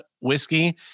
whiskey